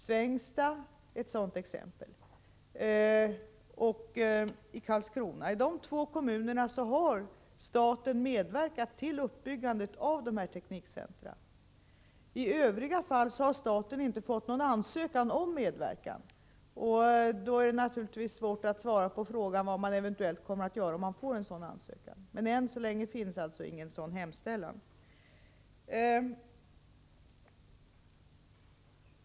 Svängsta och Karlskrona är sådana exempel. I de två kommunerna har staten medverkat till uppbyggandet av teknikcentra. I övriga fall har staten inte fått någon ansökan där det har framförts önskemål om statlig medverkan. Då är det naturligtvis svårt att svara på frågan vad regeringen kommer att göra om den eventuellt får en dylik ansökan. Än så länge finns det alltså ingen sådan hemställan.